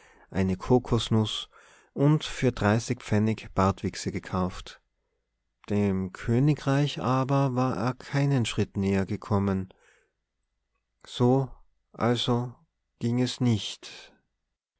eine kokosnuß und für dreißig pfennig bartwichse gekauft dem königreich aber war er keinen schritt näher gekommen so also ging es nicht